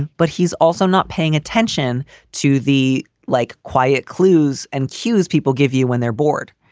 but he's also not paying attention to the like, quiet clues and cues people give you when they're bored.